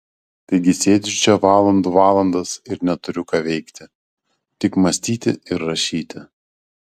taigi sėdžiu čia valandų valandas ir neturiu ką veikti tik mąstyti ir rašyti